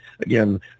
again